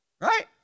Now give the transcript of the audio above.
right